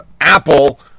apple